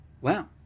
Wow